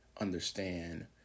understand